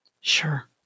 Sure